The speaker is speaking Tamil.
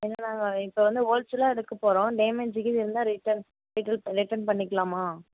என்னான்னா இப்போ வந்து ஹோல்சேலாக எடுக்கப் போகறோம் டேமேஜு கீது இருந்தா ரிட்டர்ன் ரிட்டல் ரிட்டர்ன் பண்ணிக்கலாமா